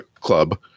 club